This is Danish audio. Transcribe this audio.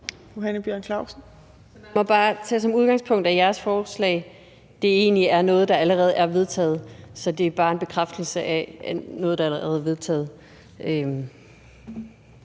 Jeg må bare tage som udgangspunkt, at jeres forslag egentlig er noget, der allerede er vedtaget. Så det er bare en bekræftelse af noget, der allerede er vedtaget.